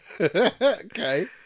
Okay